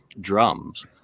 drums